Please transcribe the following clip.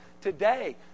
today